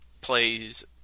plays